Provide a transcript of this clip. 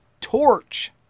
torch